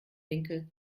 winkel